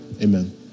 Amen